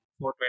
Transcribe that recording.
420